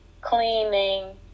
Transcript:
cleaning